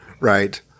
Right